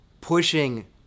pushing